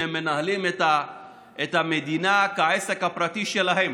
שהם מנהלים את המדינה כעסק הפרטי שלהם.